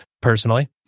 personally